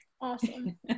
Awesome